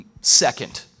second